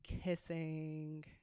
kissing